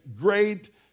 great